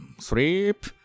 Sleep